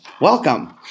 welcome